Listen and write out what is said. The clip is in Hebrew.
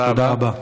תודה רבה.